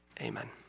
amen